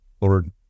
Lord